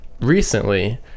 recently